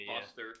buster